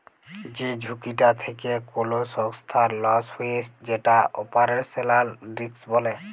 যে ঝুঁকিটা থেক্যে কোল সংস্থার লস হ্যয়ে যেটা অপারেশনাল রিস্ক বলে